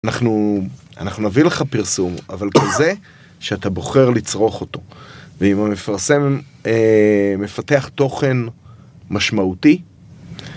אנחנו, אנחנו נביא לך פרסום, אבל כזה שאתה בוחר לצרוך אותו. ואם המפרסם, מפתח תוכן משמעותי.